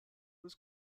was